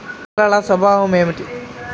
నేలల స్వభావం ఏమిటీ?